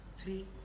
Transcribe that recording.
Three